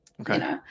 Okay